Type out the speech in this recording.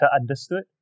understood